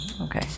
Okay